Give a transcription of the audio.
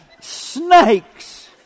snakes